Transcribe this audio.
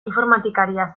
informatikaria